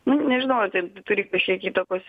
nu nežinau ar ten turi kažkiek įtakos